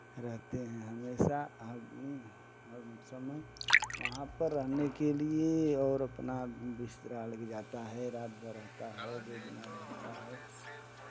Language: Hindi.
रहते हैं हमेशा हम समय वहाँ पर रहने के लिए और अपना बिस्तरा लग जाता है रात भर रहता है रहता है